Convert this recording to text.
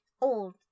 old